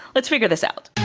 let's figure this out.